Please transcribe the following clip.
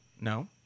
No